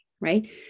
right